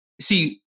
see